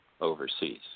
overseas